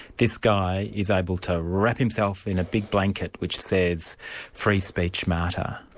this guy is able to wrap himself in a big blanket, which says free speech martyr.